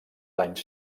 anys